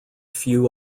few